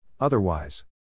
Otherwise